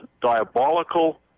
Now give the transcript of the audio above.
diabolical